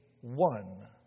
one